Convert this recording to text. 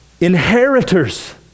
Inheritors